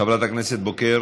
חברת הכנסת בוקר,